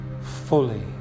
fully